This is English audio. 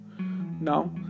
Now